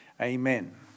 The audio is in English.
Amen